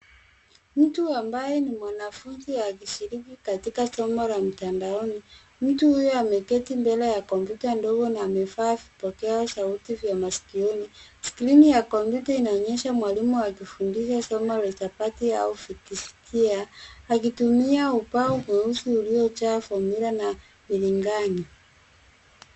Mtu ambaye ni mwanafunzi akishiriki katika somo la mtandaoni. Mtu huyo ameketi mbele ya kompyuta ndogo na amevaa vipokeo sauti vya masikioni. Skrini ya kompyuta inaonyesha mwalimu akifundisha somo la hisabati au fikisikia akitumia ubao mweusi uliojaa fomuyula na biringanya.